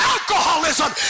Alcoholism